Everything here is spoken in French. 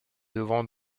devront